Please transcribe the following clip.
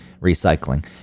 recycling